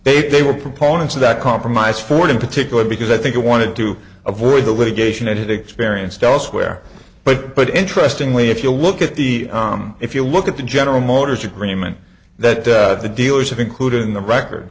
that they were proponents of that compromise ford in particular because i think it wanted to avoid the litigation it experienced elsewhere but but interestingly if you look at the if you look at the general motors agreement that the dealers have included in the record